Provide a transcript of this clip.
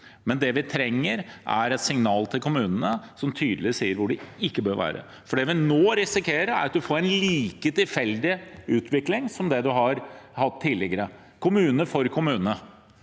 Det vi trenger, er et signal til kommunene som tydelig sier hvor det ikke bør være, for det vi nå risikerer, er at man får en like tilfeldig utvikling som det man har hatt tidligere, kommune for kommune.